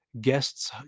guests